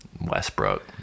Westbrook